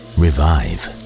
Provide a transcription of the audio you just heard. revive